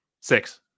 six